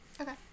okay